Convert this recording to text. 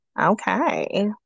Okay